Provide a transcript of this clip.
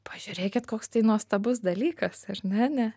pažiūrėkit koks tai nuostabus dalykas ae ne ne